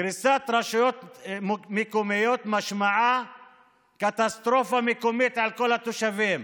קריסת רשויות מקומיות משמעה קטסטרופה מקומית לכל התושבים,